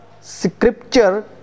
Scripture